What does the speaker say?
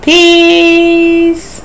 Peace